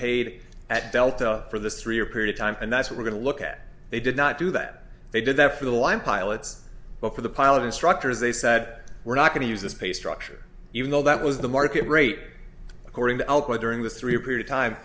paid at delta for this three year period time and that's what we're going to look at they did not do that they did that for the line pilots but for the pilot instructors they said we're not going to use this pay structure even though that was the market rate according to alcoa during the three period time